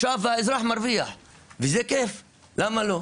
וזה דבר כיף, למה לא?